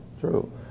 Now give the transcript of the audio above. true